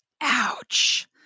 Ouch